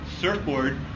surfboard